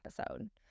episode